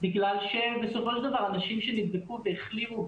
בגלל שבסופו של דבר אנשים שנדבקו והחלימו,